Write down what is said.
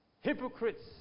hypocrites